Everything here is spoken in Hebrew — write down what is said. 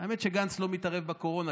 האמת היא שגנץ לא מתערב בקורונה,